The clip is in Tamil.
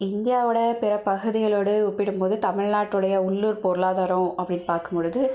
இந்தியாவோடய பிற பகுதிகளோடு ஒப்பிடும் போது தமிழ்நாட்டுடைய உள்ளூர் பொருளாதாரம் அப்படினு பார்க்கும் பொழுது